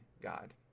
God